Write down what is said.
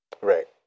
Right